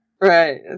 right